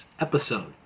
episode